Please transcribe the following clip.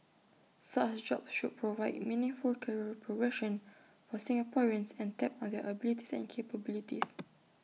such jobs should provide meaningful career progression for Singaporeans and tap on their abilities and capabilities